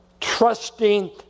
Trusting